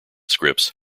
scripts